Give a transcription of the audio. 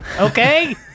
Okay